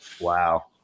Wow